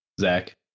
Zach